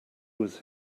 was